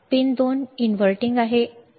pin 2 उलटा आहे